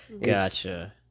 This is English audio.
Gotcha